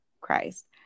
Christ